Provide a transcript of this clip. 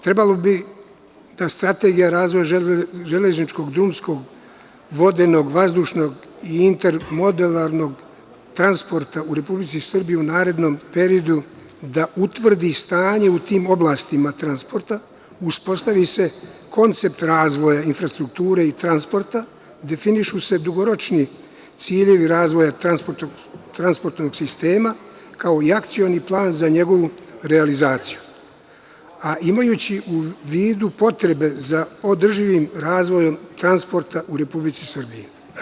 Trebalo bi da Strategija razvoja železničkog, drumskog, vodenog, vazdušnog i intermodelarnog transporta u Republici Srbiji u narednom periodu da utvrdi stanje u tim oblastima transporta, uspostavi se koncept razvoja infrastrukture i transporta, definišu se dugoročni ciljevi razvoja transportnog sistema, kao i akcioni plan za njegovu realizaciju, imajući u vidu potrebe za održivim razvojem transporta u Republici Srbiji.